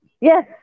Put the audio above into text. Yes